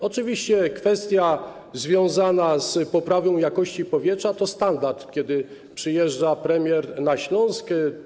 Oczywiście kwestia związana z poprawą jakości powietrza to standard, kiedy premier przyjeżdża na Śląsk.